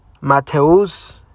Mateus